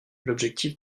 l’objectif